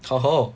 !oho!